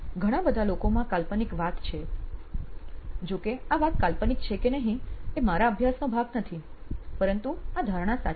ઘણા બધા લોકોમાં આ કાલ્પનિક વાત છે જોકે આ વાત કાલ્પનિક છે કે નહિ એ મારા અભ્યાસનો ભાગ નથી પરંતુ આ ધારણા સાચી છે